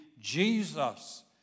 Jesus